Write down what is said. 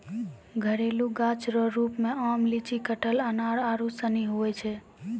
घरेलू गाछ रो रुप मे आम, लीची, कटहल, अनार आरू सनी हुवै छै